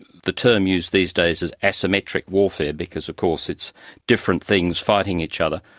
the term used these days is asymmetric warfare because of course it's different things fighting each other.